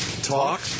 talk